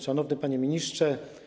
Szanowny Panie Ministrze!